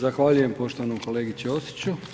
Zahvaljujem poštovanom kolegi Ćosiću.